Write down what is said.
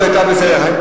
שתים-עשרה.